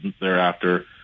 thereafter